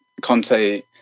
Conte